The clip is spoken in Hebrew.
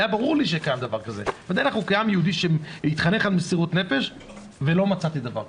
היה ברור לי שקיים דבר כזה, ולא מצאתי דבר כזה.